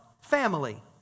Family